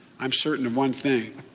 i'm certain of one thing.